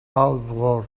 outward